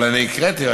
אבל הקראתי,